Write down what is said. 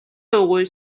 дуугүй